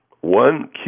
one